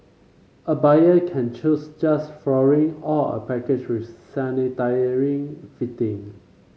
a buyer can choose just flooring or a package with sanitary fitting